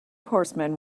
horsemen